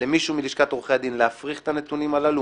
למישהו מלשכת עורכי הדין להפריך את הנתונים הללו,